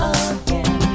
again